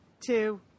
two